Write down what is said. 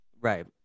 Right